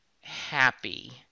happy